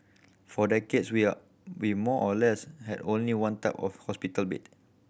for decades we are we more or less had only one type of hospital bed